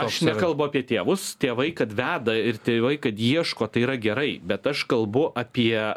aš nekalbu apie tėvus tėvai kad veda ir tėvai kad ieško tai yra gerai bet aš kalbu apie